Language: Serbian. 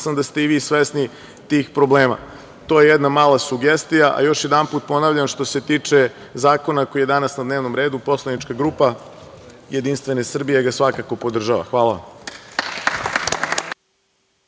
sam da ste i vi svesni tih problema. To je jedna mala sugestija. Još jednom, ponavljam, što se tiče zakona koji je danas na dnevnom redu, poslanička grupa Jedinstvene Srbije ga svakako podržava. Hvala